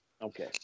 Okay